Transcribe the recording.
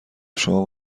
شما